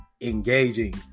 engaging